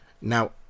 now